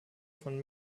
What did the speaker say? von